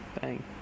Bang